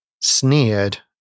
sneered